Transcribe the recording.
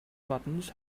buttons